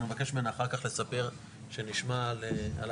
אנחנו נבקש ממנה אחר כך לספר שנשמע עליו.